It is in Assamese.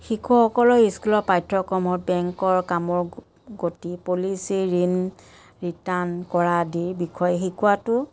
শিশুসকলৰ স্কুলৰ পাঠ্যক্ৰমত বেংকৰ কামৰ গ গতি পলিচি ঋণ ৰিটাৰ্ণ কৰা আদি বিষয় শিকোৱাতো